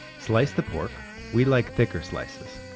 slice the pork we like thicker slices.